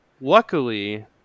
luckily